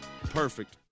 Perfect